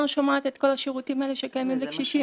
שומעת את כל השירותים האלה שקיימים לקשישים.